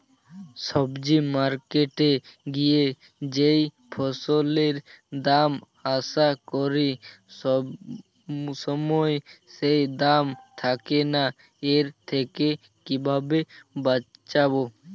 সবজি মার্কেটে গিয়ে যেই ফসলের দাম আশা করি সবসময় সেই দাম থাকে না এর থেকে কিভাবে বাঁচাবো?